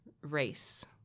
race